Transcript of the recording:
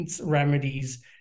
remedies